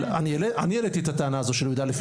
אני העליתי פה בוועדה את הטענה הזאת של י"א-י"ב,